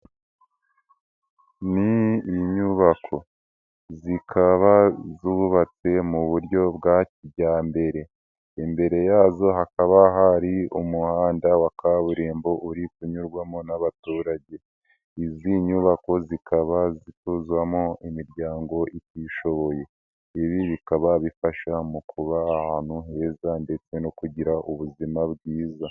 Ni inyubako zikaba zubatse mu buryo bwa kijyambere, imbere yazo hakaba hari umuhanda wa kaburimbo uri kunyurwamo n'abaturage, izi nyubako zikaba zituzwamo imiryango itishoboye, ibi bikaba bifasha mu kuba ahantu heza ndetse no kugira ubuzima bwiza.